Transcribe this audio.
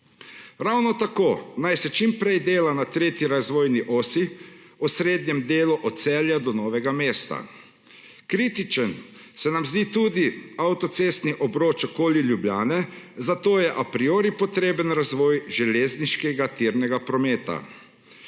Ravno tako naj se čimprej dela na tretji razvojni osi, osrednjem delu od Celja do Novega mesta. Kritičen se nam zdi tudi avtocestni obroč okoli Ljubljane, zato je a priori potreben razvoj železniškega tirnega prometa.